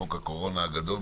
חוק הקורונה הגדול,